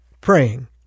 praying